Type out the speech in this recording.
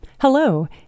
Hello